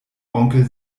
onkel